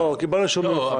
לא, קיבלנו אישור מיוחד.